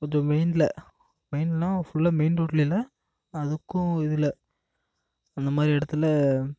கொஞ்சம் மெயின்ல மெயின்னாக ஃபுல்லா மெயின் ரோட்ல இல்லை அதுக்கும் இதில் அந்த மாதிரி இடத்துல